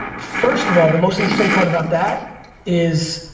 first of all, the most interesting part about that is